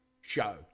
show